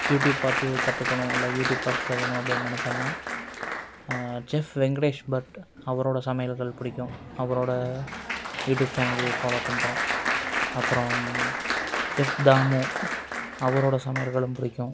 YouTube பார்த்து கற்றுக்கணும் இல்லை யூடியூப் பார்த்து செய்யணும் அப்டின்னு நெனைச்சன்னா செஃப் வெங்கடேஷ் பட் அவரோடய சமையல்கள் பிடிக்கும் அவரோடய யூடியூப் சேனல்கள் ஃபாலோ பண்ணுறோம் அப்புறோம் செஃப் தாமு அவரோடய சமையல்களும் பிடிக்கும்